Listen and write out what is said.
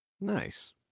nice